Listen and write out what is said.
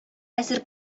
әзер